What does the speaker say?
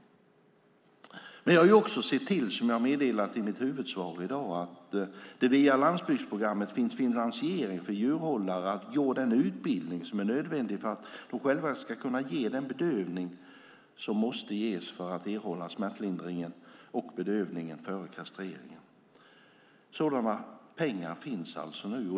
Men jag har också, vilket jag meddelade i mitt huvudsvar, sett till att det via landsbygdsprogrammet finns finansiering för djurhållare för att gå den utbildning som är nödvändig för att de själva ska kunna ge den bedövning som ger smärtlindring före kastreringen. Sådana pengar finns alltså nu.